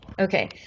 Okay